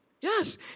Yes